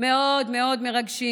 מאוד מאוד מרגשים,